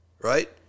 right